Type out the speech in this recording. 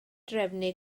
drefnu